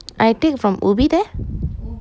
I take from ubi there